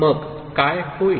मग काय होईल